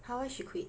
how she quit